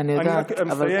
אני יודעת, אבל, אני רק מסיים.